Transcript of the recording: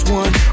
one